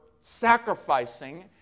sacrificing